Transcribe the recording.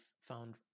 found